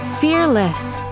fearless